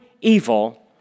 evil